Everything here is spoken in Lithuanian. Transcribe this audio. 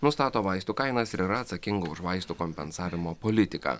nustato vaistų kainas ir yra atsakinga už vaistų kompensavimo politiką